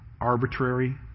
arbitrary